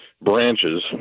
branches